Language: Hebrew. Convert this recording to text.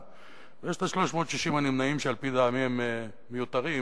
"בעד", ויש 360 הנמנעים, שעל-פי טעמי, הם מיותרים,